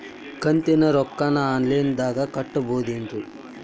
ಕಂತಿನ ರೊಕ್ಕನ ಆನ್ಲೈನ್ ದಾಗ ಕಟ್ಟಬಹುದೇನ್ರಿ?